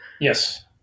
Yes